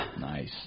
Nice